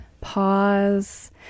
pause